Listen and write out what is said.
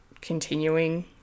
continuing